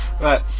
right